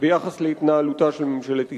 ביחס להתנהלותה של ממשלת ישראל,